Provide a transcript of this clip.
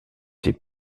ses